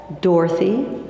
Dorothy